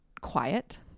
quiet